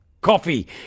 coffee